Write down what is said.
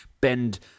bend